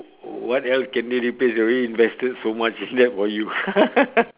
what else can they replace they already invested so much debt for you